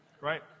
right